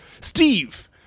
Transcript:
Steve